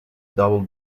double